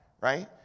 right